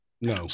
No